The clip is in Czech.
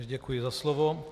Děkuji za slovo.